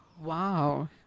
Wow